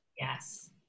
yes